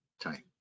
time